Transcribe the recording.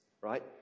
right